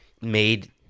made